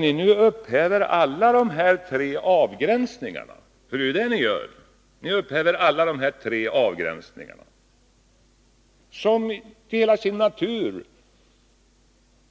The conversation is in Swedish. Ni upphäver emellertid de tre avgränsningar som till sin natur